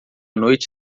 noite